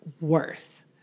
worth